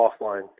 offline